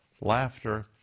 Laughter